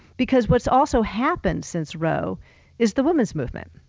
because what's also happened since roe is the women's movement.